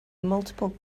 multiple